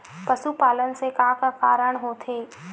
पशुपालन से का का कारण होथे?